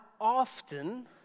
often